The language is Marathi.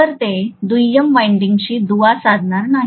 तर ते दुय्यम वायंडिंगशी दुवा साधणार नाही